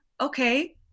okay